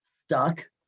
stuck